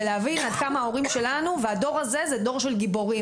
ולהבין עד כמה הדור הזה הוא דור של גיבורים.